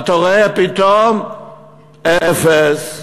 אתה רואה פתאום אפס.